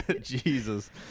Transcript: jesus